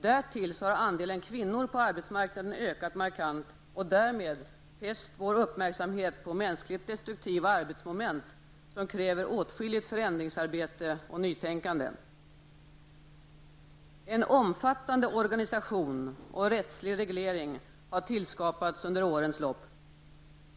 Därtill kommer att andelen kvinnor på arbetsmarknaden markant har ökat och därmed fäst vår uppmärksamhet på mänskligt destruktiva arbetsmoment som kräver åtskilligt förändringsarbete och nytänkande. En omfattande organisation och rättslig reglering har tillskapats under årens lopp.